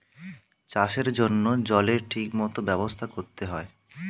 চাষের জন্য জলের ঠিক মত ব্যবস্থা করতে হয়